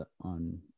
on